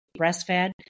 breastfed